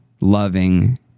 loving